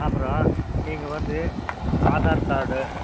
அப்புறம் நீங்கள் வந்து ஆதார் கார்டு